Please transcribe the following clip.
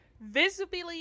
visibly